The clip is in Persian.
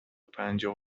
پنجاه